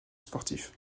sportif